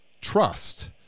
trust